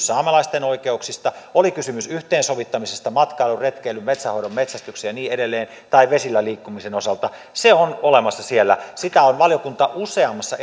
saamelaisten oikeuksista oli kysymys yhteensovittamisesta matkailun retkeilyn metsänhoidon metsästyksen ja niin edelleen tai vesillä liikkumisen osalta se on olemassa siellä sitä on valiokunta useammassa